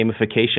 gamification